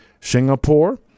Singapore